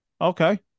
Okay